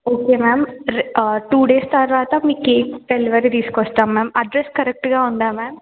okay ma'am two days తర్వాత మీ cake delivery తీసుకొస్తాం మ్యామ్ అడ్రస్ కరెక్ట్గా ఉందా మ్యామ్